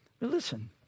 listen